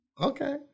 okay